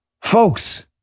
Folks